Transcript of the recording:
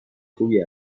خوبی